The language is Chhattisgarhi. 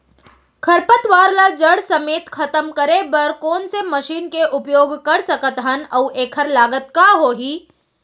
खरपतवार ला जड़ समेत खतम करे बर कोन से मशीन के उपयोग कर सकत हन अऊ एखर लागत का होही?